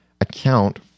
account